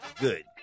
good